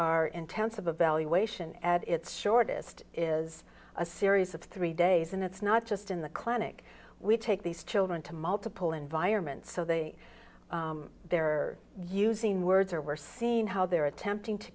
are intensive evaluation at its shortest is a series of three days and it's not just in the clinic we take these children to multiple environments so they they're using words or we're seeing how they're attempting to